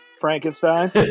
Frankenstein